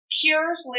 cures